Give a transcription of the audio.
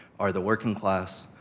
are the working class,